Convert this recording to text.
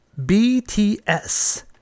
BTS